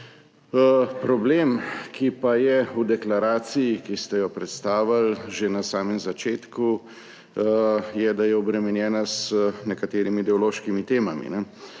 Problem, ki pa je v deklaraciji, ki ste jo predstavili že na samem začetku, je, da je obremenjena z nekaterimi ideološkimi temami.